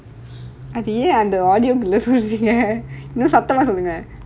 பின்ன கத்தி சொல்லவா:pinna kathi sollava okay shut up lah